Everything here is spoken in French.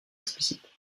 explicite